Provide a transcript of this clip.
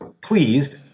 Pleased